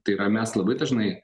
tai yra mes labai dažnai